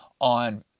on